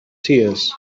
tears